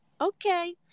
Okay